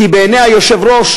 כי בעיני יושבת-ראש